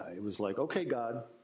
it was like, ok god,